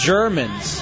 Germans